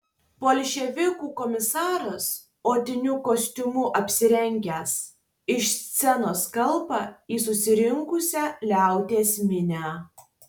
bolševikų komisaras odiniu kostiumu apsirengęs iš scenos kalba į susirinkusią liaudies minią